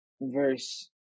verse